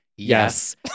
Yes